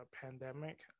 pandemic